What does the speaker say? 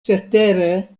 cetere